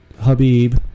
Habib